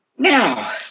Now